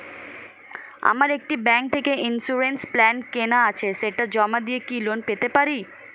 আমার একটি ব্যাংক থেকে ইন্সুরেন্স প্ল্যান কেনা আছে সেটা জমা দিয়ে কি লোন পেতে পারি?